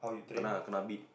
kena kena beat